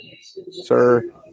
Sir